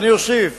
ואני אוסיף: